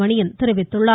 மணியன் தெரிவித்துள்ளார்